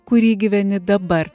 kurį gyveni dabar